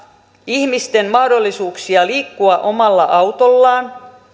ihmisten mahdollisuuksia liikkua omalla autollaan